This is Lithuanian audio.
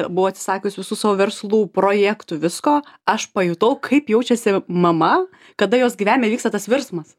buvau atsisakius visų savo verslų projektų visko aš pajutau kaip jaučiasi mama kada jos gyvenime įvyksta tas virsmas